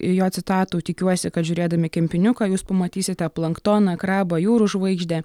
jo citatų tikiuosi kad žiūrėdami kempiniuką jūs pamatysite planktoną krabą jūrų žvaigždę